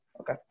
Okay